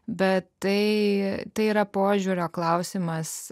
bet tai tai yra požiūrio klausimas